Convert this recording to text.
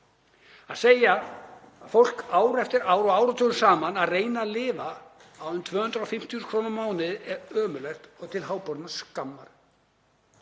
Að segja fólki ár eftir ár og áratugum saman að reyna að lifa á 250.000 kr. á mánuði er ömurlegt og til háborinnar skammar.